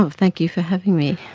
ah thank you for having me.